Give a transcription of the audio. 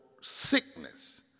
sickness